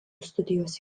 studijos